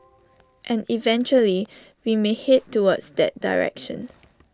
and eventually we may Head towards that direction